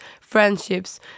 friendships